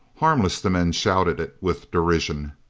harmless! the men shouted it with derision.